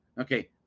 Okay